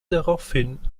daraufhin